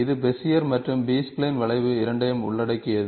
இது பெசியர் மற்றும் B spline வளைவு இரண்டையும் உள்ளடக்கியது